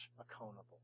accountable